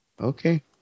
Okay